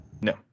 No